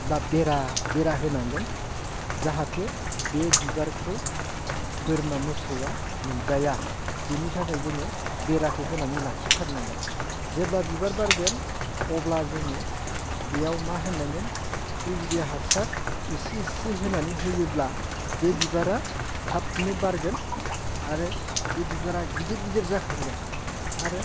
बा बेरा बेरा होनांगोन जाहाथे बे बिबारखौ बोरमा मोसौआ मोनजाया बेनि थाखाय जोङो बेराखौ होनानै लाखिथारनांगोन जेब्ला बिबार बारगोन अब्ला जोङो बेयाव मा होनांगोन इउरिया हासार इसे इसे होनानै होयोब्ला बे बिबारा थाबनो बारगोन आरो बे बिबारा गिदिर गिदिर जाखांगोन आरो